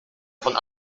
von